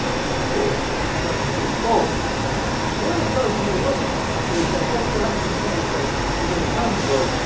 be cool. we have to press the case forward one of the charges of the women was that oh, we were having consensual sex, but then the condom broke,